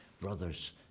Brothers